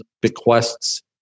bequests